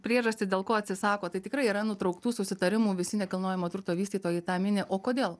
priežastį dėl ko atsisako tai tikrai yra nutrauktų susitarimų visi nekilnojamo turto vystytojai tą mini o kodėl